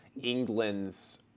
England's